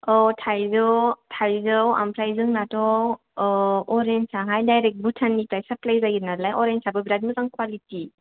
औ थाइजौ थायजौ ओंफ्राय जोंनाथ' औ अरेन्स आहाय दायरेख भुटाननिफ्राय साफ्लाय जायो नालाय अरेन्सआबो बिराथ मोजां कवालिथि